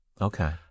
Okay